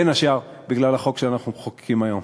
בין השאר בגלל החוק שאנחנו מחוקקים היום.